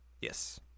yes